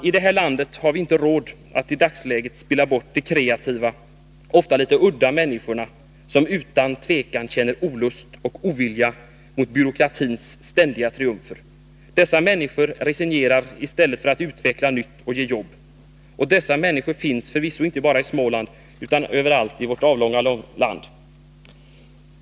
I det här landet har vi inte råd att i dagsläget spilla bort de kreativa, ofta litet udda människorna, som utan tvivel känner olust och ovilja mot byråkratins ständiga triumfer. Dessa människor resignerar i stället för att utveckla nytt och ge jobb, och dessa människor finns förvisso inte bara i Småland utan överallt i vårt avlånga land.